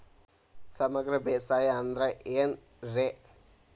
ಸಮಗ್ರ ಬೇಸಾಯ ಅಂದ್ರ ಏನ್ ರೇ?